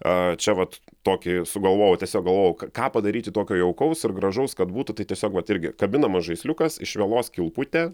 a čia vat tokį sugalvojau tiesiog galvojau k ką padaryti tokio jaukaus ir gražaus kad būtų tai tiesiog vat irgi kabinamas žaisliukas iš vielos kilputė